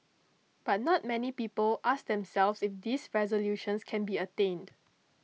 but not many people ask themselves if these resolutions can be attained